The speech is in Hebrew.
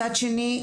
מצד שני,